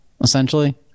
essentially